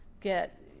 get